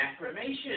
affirmation